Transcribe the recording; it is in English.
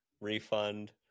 Refund